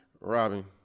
Robin